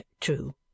true